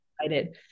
excited